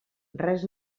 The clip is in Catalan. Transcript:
res